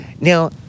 Now